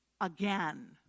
again